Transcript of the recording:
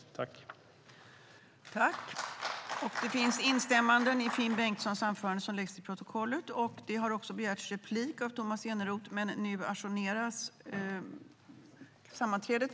I detta anförande instämde Gunilla Nordgren och Solveig Zander .